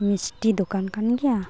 ᱢᱤᱥᱴᱤ ᱫᱚᱠᱟᱱ ᱠᱟᱱ ᱜᱮᱭᱟ